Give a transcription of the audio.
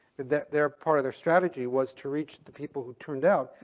that their part of their strategy was to reach the people who turned out,